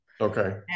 Okay